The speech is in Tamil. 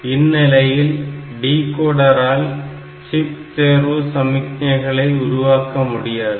இந்நிலையில் டிகோடரால் சிப் தேர்வு சமிக்கைகளை உருவாக்க முடியாது